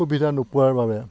সুবিধা নোপোৱাৰ বাবে